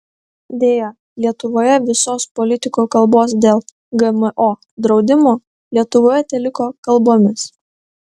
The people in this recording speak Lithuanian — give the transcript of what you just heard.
deja lietuvoje visos politikų kalbos dėl gmo draudimo lietuvoje teliko kalbomis